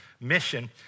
mission